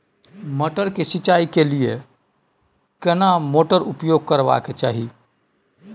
मटर के सिंचाई के लिये केना मोटर उपयोग करबा के चाही?